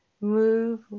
move